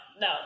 No